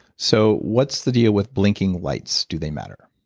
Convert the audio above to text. so what's the deal with blinking lights? do they matter?